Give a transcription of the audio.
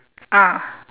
ah